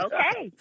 Okay